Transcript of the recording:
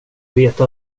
veta